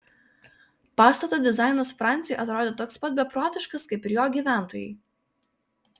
pastato dizainas franciui atrodė toks pat beprotiškas kaip ir jo gyventojai